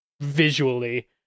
visually